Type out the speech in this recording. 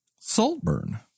Saltburn